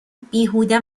بیهوده